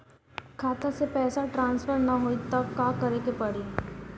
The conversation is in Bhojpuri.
खाता से पैसा ट्रासर्फर न होई त का करे के पड़ी?